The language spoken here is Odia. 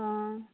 ହଁ